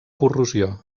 corrosió